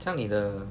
这样你的